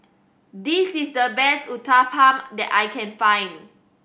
this is the best Uthapam that I can find